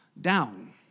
down